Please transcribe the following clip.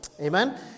Amen